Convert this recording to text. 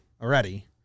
already